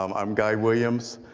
um i'm guy williams.